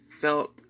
felt